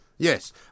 Yes